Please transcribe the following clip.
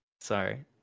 Sorry